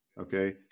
okay